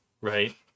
right